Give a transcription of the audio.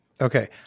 Okay